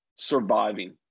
surviving